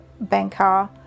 banker